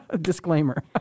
Disclaimer